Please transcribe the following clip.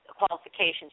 qualifications